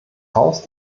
haus